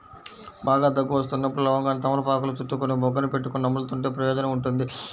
బాగా దగ్గు వస్తున్నప్పుడు లవంగాన్ని తమలపాకులో చుట్టుకొని బుగ్గన పెట్టుకొని నములుతుంటే ప్రయోజనం ఉంటుంది